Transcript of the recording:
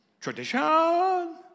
Tradition